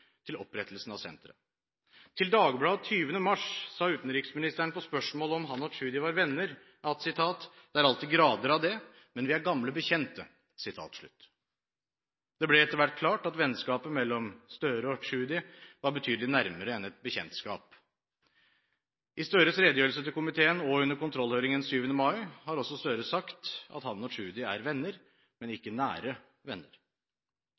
til opprettelsen av senteret. På spørsmålet om han og Tschudi var venner, sa utenriksministeren til Dagbladet den 20. mars: «Det er alltid grader av det, men vi er gamle, gode bekjente.» Det ble etter hvert klart at vennskapet mellom Gahr Støre og Tschudi var betydelig nærmere enn et bekjentskap. I Gahr Støres redegjørelse til komiteen og under kontrollhøringen den 7. mai har også Gahr Støre sagt at han og Tschudi er venner, men ikke nære venner.